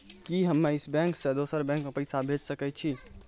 कि हम्मे इस बैंक सें दोसर बैंक मे पैसा भेज सकै छी?